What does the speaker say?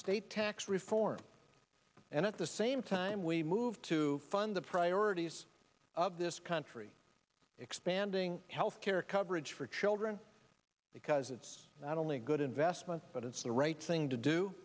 state tax reform and at the same time we move to fund the priorities of this country expanding health care coverage for children because it's not only a good investment but it's the right thing to do